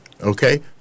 okay